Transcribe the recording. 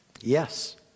Yes